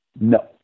No